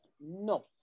No